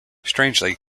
strangely